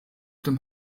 dem